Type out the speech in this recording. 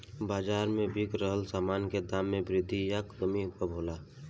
बाज़ार में बिक रहल सामान के दाम में वृद्धि या कमी कब होला?